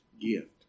gift